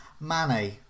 Mane